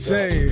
Say